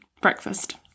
Breakfast